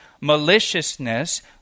maliciousness